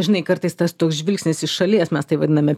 žinai kartais tas toks žvilgsnis iš šalies mes tai vadiname